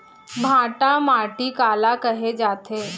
भांटा माटी काला कहे जाथे?